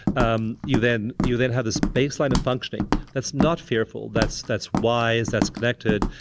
um you then you then have this baseline of functioning that's not fearful, that's that's wise, that's connected,